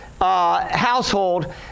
Household